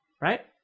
right